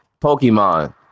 Pokemon